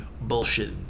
bullshit